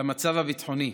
למצב הביטחוני.